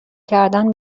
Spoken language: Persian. کردن